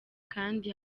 kandi